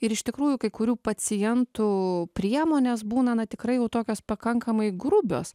ir iš tikrųjų kai kurių pacientų priemonės būna na tikrai jau tokios pakankamai grubios